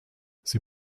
sie